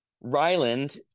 ryland